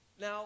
Now